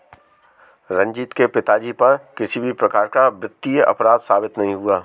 रंजीत के पिताजी पर किसी भी प्रकार का वित्तीय अपराध साबित नहीं हुआ